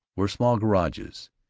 were small garages.